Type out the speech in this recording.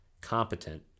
competent